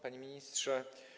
Panie Ministrze!